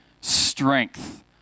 strength